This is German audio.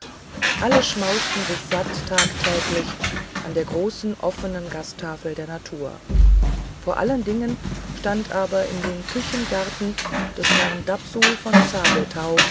alles schmauste sich satt tagtäglich an der großen offnen gasttafel der natur vor allen dingen stand aber in dem küchengarten des herrn dapsul von